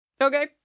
Okay